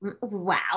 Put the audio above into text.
wow